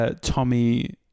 Tommy